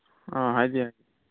ꯑ ꯍꯥꯏꯕꯤꯌꯨ